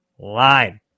Line